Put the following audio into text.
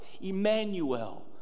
Emmanuel